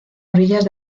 orillas